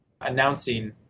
announcing